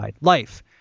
Life